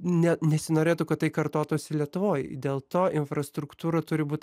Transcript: ne nesinorėtų kad tai kartotųsi lietuvoj dėl to infrastruktūra turi būt